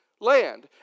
land